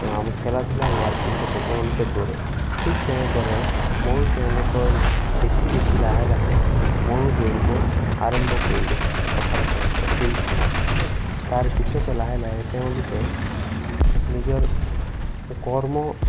আমি খেলা ধূলা হোৱাৰ পিছতে তেওঁলোকে দৌৰে ঠিক তেনেদৰে মইও তেওঁলোকৰ দেখি দেখি লাহে লাহে মইও দৌৰিব আৰম্ভ কৰিলোঁ পথাৰখনত বা ফিল্ডতখনত তাৰ পিছতে লাহে লাহে তেওঁলোকে নিজৰ কৰ্ম